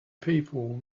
people